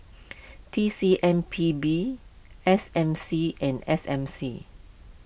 T C M P B S M C and S M C